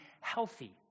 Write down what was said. healthy